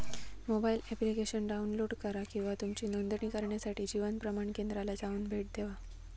mobile application download करा किंवा तुमची नोंदणी करण्यासाठी जीवन प्रमाण केंद्राला जाऊन भेट देवा